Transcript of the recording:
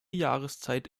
jahreszeit